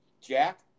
Jack